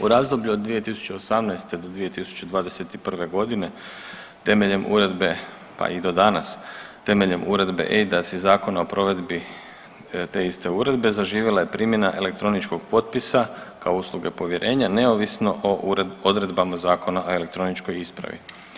U razdoblju o 2018. do 2021. godine temeljem uredbe, pa i do danas, temeljem Uredbe EIDAS i zakona o provedbi te iste uredbe zaživjela je primjena elektroničkog potpisa kao usluge povjerenja neovisno o odredbama Zakona o elektroničkoj ispravi.